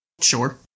Sure